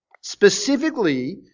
specifically